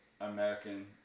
American